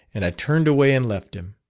and i turned away and left him.